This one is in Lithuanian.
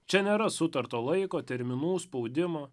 čia nėra sutarto laiko terminų spaudimo